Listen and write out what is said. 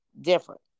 different